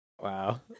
wow